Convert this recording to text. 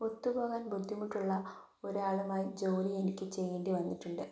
ഒത്തുപോകാൻ ബുദ്ധിമുട്ടുള്ള ഒരാളുമായി ജോലി എനിക്ക് ചെയ്യേണ്ടി വന്നിട്ടുണ്ട്